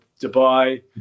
Dubai